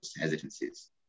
hesitancies